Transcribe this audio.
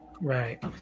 Right